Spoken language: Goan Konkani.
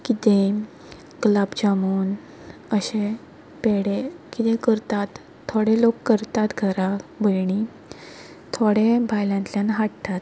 कितेंय गुलाब जामून अशें पेडे कितेंय करतात थोडे लोक करतात घरा भयणी थोडे भायल्यातल्यान हाडटात